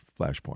Flashpoint